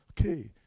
okay